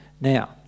Now